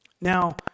Now